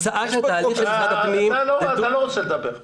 --- אתה לא רוצה לדבר.